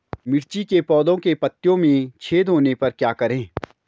मिर्ची के पौधों के पत्तियों में छेद होने पर क्या करें?